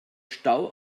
stau